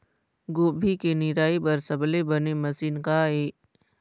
गोभी के निराई बर सबले बने मशीन का ये?